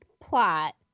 plot